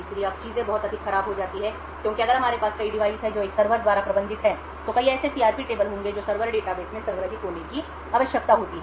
इसलिए अब चीजें बहुत अधिक खराब हो जाती हैं क्योंकि अगर हमारे पास कई डिवाइस हैं जो एक सर्वर द्वारा प्रबंधित हैं तो कई ऐसे सीआरपी टेबल होंगे जो सर्वर डेटाबेस में संग्रहीत होने की आवश्यकता होती है